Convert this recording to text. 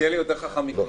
מלכיאלי יותר חכם מכולנו.